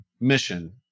mission